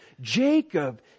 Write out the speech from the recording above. Jacob